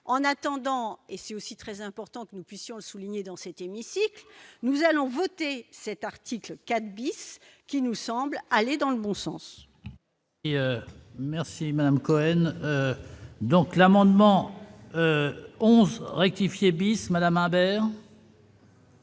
en attendant et c'est aussi très important que nous puissions souligner dans cet hémicycle, nous allons voter cet article 4 bis qui nous semble aller dans le bon sens. Et merci Madame Cohen donc l'amendement 11 rectifier bis Madame Imbert.